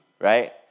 right